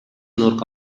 nurga